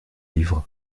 livres